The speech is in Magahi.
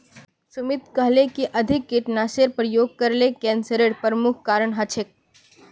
सुमित कहले कि अधिक कीटनाशेर प्रयोग करले कैंसरेर प्रमुख कारण हछेक